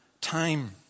time